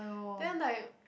then like